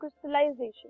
crystallization